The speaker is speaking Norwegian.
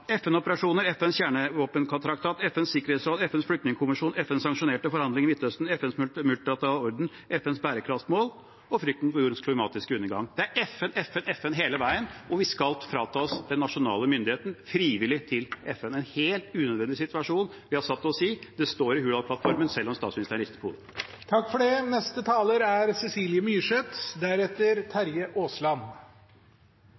FNs kjernevåpentraktat, FNs sikkerhetsråd, FNs flyktningkonvensjon, FNs sanksjonerte forhandlinger i Midtøsten, FNs multilaterale orden, FNs bærekraftsmål og frykten for jordens klimatiske undergang. Det er FN hele veien, og vi skal fratas den nasjonale myndigheten – frivillig – og gi den til FN. Det er en helt unødvendig situasjon vi har satt oss i. Det står i Hurdalsplattformen selv om statsministeren rister på